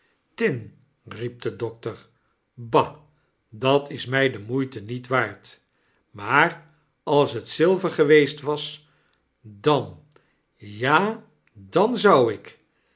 tinr riep de dokter ba dat is my de moeite niet waard maar als het zilver geweest was dan ja dan zou ik